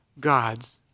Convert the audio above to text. God's